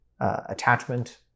attachment